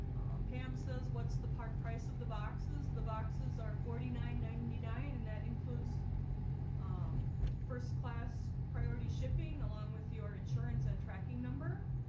pam says, what's the part price of the boxes? the boxes are forty nine point nine nine and that includes um first class priority shipping along with your insurance and tracking number